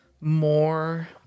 more